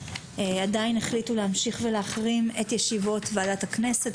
החליטו להמשיך ולהחרים את ישיבות ועדת הכנסת,